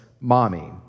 mommy